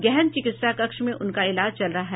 गहन चिकित्सा कक्ष में उनका इलाज चल रहा है